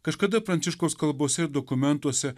kažkada pranciškaus kalbose ir dokumentuose